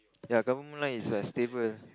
ya government line is like stable